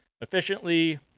efficiently